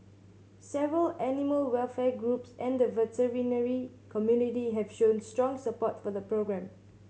several animal welfare groups and the veterinary community have shown strong support for the programme